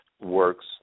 works